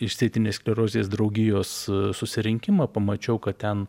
išsėtinės sklerozės draugijos susirinkimą pamačiau kad ten